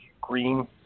green